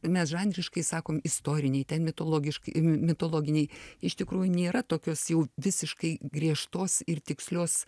mes žanriškai sakom istoriniai mitologiški mitologiniai iš tikrųjų nėra tokios jau visiškai griežtos ir tikslios